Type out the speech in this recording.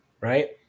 right